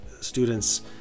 students